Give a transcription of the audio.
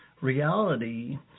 reality